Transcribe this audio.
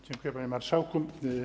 Dziękuję, panie marszałku.